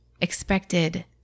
expected